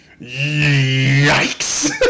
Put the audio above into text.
Yikes